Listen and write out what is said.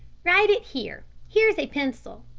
write it here. here is a pencil.